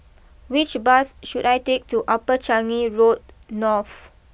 which bus should I take to Upper Changi Road North